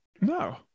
No